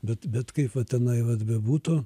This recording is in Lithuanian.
bet bet kaip va tenai vat bebūtų